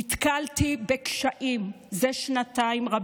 נתקלתי בקשיים רבים זה שנתיים: